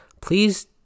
please